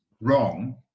wrong